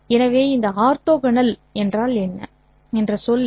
எனவே இந்த ஆர்த்தோகனல் சொல் என்ன